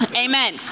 Amen